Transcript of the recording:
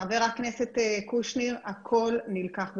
חבר הכנסת קושניר, הכול נלקח בחשבון,